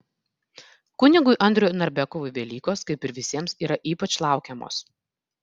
kunigui andriui narbekovui velykos kaip ir visiems yra ypač laukiamos